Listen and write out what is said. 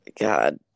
god